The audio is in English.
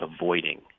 avoiding